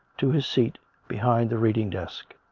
to his seat behind the reading-desk.